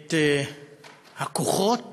את הכוחות